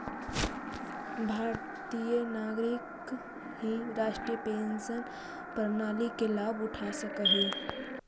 भारतीय नागरिक ही राष्ट्रीय पेंशन प्रणाली के लाभ उठा सकऽ हई